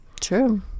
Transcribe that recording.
True